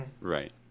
Right